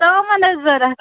ژامَن ٲس ضوٚرَتھ